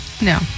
no